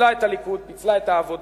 פיצלה את הליכוד, פיצלה את העבודה